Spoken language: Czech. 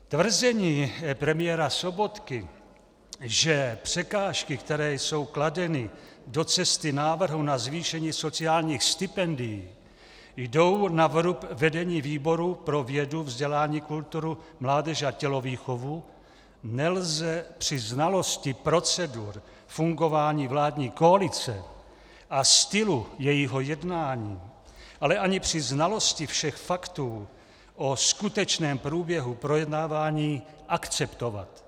Tvrzení premiéra Sobotky, že překážky, které jsou kladeny do cesty návrhu na zvýšení sociálních stipendií, jdou na vrub vedení výboru pro vědu, vzdělání, kulturu, mládež a tělovýchovu, nelze při znalosti procedur fungování vládní koalice a stylu jejího jednání, ale ani při znalosti všech faktů o skutečném průběhu projednávání akceptovat.